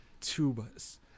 tubas